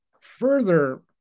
further